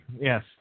Yes